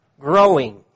growing